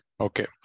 Okay